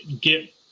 get